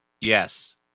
Yes